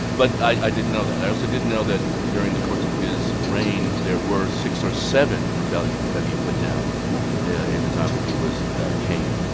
but i didn't know that. i also didn't know that during the course of his reign, there were six or seven rebellions that he put down in the time that he was king.